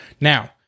Now